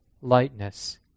lightness